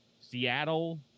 Seattle